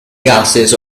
gases